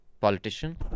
politician